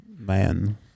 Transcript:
Man